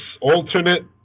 alternate